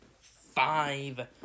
five